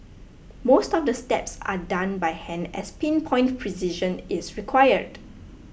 most of the steps are done by hand as pin point precision is required